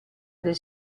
del